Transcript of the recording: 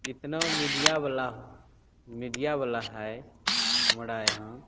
एतना मीडिआवला मीडिआवला हइ हमरा यहाँ